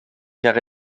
car